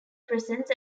presence